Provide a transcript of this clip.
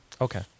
Okay